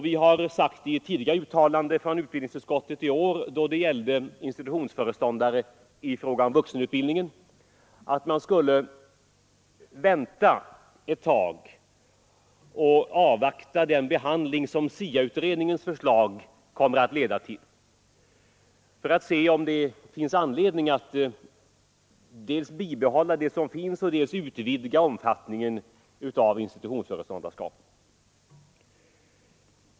Vi har i ett tidigare uttalande från utbildningsutskottet i år, då det gällde institutionsföreståndare inom vuxenutbildningen, sagt att vi borde avvakta den behandling som SIA-utredningens förslag kommer att leda till för att se om det finns anledning att dels bibehålla det som finns, dels utvidga omfattningen av institutionsföreståndarskapet.